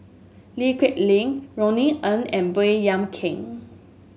Lee Kip Lin Roni Ng and Baey Yam Keng